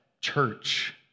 church